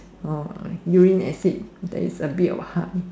orh urine acid that is a bit what